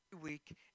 week